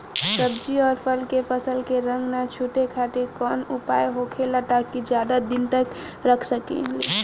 सब्जी और फल के फसल के रंग न छुटे खातिर काउन उपाय होखेला ताकि ज्यादा दिन तक रख सकिले?